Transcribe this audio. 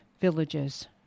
villages